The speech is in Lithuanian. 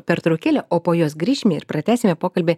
pertraukėlę o po jos grįšime ir pratęsime pokalbį